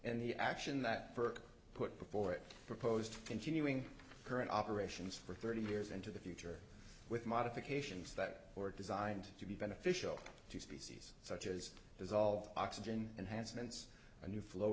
and the action that burke put before it proposed continuing current operations for thirty years into the future with modifications that were designed to be beneficial to seize such as dissolved oxygen and hansen's a new flow